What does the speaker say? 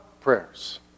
prayers